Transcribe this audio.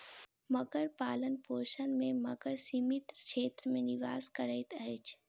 मगर पालनपोषण में मगर सीमित क्षेत्र में निवास करैत अछि